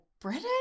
British